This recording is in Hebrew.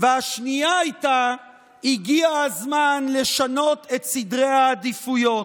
והשנייה הייתה "הגיע הזמן לשנות את סדרי העדיפויות".